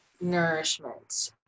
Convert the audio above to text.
Nourishment